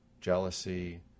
jealousy